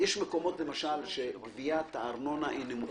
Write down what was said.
יש מקומות, למשל, שגביית הארנונה היא נמוכה.